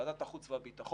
ועדת החוץ והביטחון,